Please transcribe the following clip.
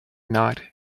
not